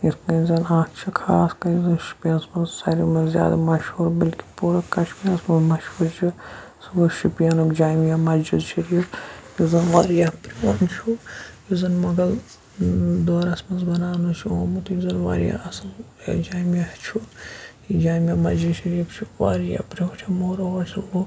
یِتھ کٔنۍ زَن اَکھ چھِ خاص کَر یُس زَن شُپیَنَس منٛز ساروِی منٛز زیادٕ مشہوٗر بلکہ پوٗرٕ کشمیٖرَس منٛز مشہوٗر چھِ سُہ گوٚو شُپیَنُک جامع مسجِد شریٖف یُس زَن واریاہ پرٛون چھُ یُس زَن مۄغل دورَس منٛز بَناونہٕ چھُ آمُت یُس زَن واریاہ اَصٕل یہِ جامع چھُ جامع مسجِد شریٖف چھِ واریاہ برونٛٹھِم مُروَجہِ سُہ ہُہ